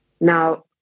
Now